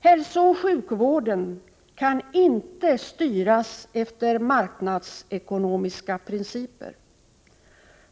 Hälsooch sjukvården kan inte styras efter marknadsekonomiska principer.